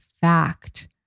fact